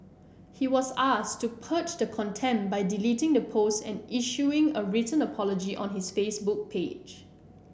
he was asked to purge the contempt by deleting the post and issuing a written apology on his Facebook page